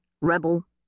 rebel